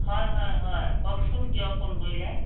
হয় হয় হয় কওকচোন কিয় ফোন কৰিলে